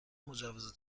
مجوز